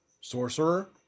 Sorcerer